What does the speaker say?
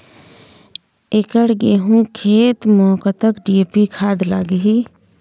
एकड़ गेहूं खेत म कतक डी.ए.पी खाद लाग ही?